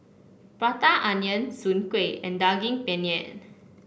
Prata Onion Soon Kueh and Daging Penyet